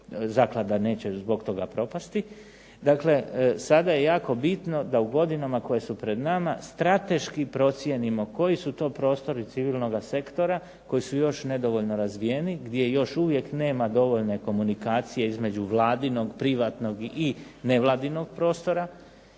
Zaklada neće zbog toga propasti. Dakle, sada je jako bitno da u godinama koje su pred nama strateški procijenimo koji su to prostori civilnoga sektora koji su još nedovoljno razvijeni, gdje još uvijek nema dovoljne komunikacije između vladinog privatnog i nevladinog prostora